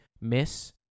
Miss